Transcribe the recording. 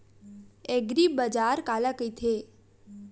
एग्रीबाजार काला कइथे?